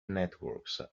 networks